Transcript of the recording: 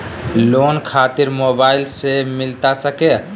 Loan खातिर mobile से मिलता सके?